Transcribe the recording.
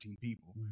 people